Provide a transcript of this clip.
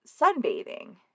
sunbathing